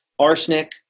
Arsenic